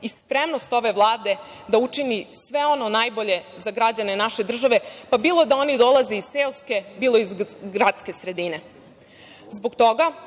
i spremnost ove Vlade da učini sve ono najbolje za građane naše države, pa bilo da oni dolaze iz seoske, bilo iz gradske sredine. Zbog toga